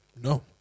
No